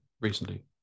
recently